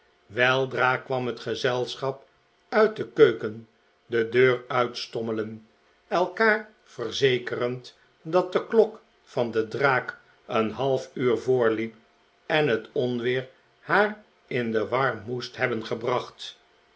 weldra kwam het gezelschap uit de keuken de deur uitstommelen elkaar verzekerend dat de klok van de draak een half uur voorliep en het onweer haar in de war moest hebben gebracht